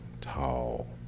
tall